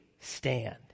stand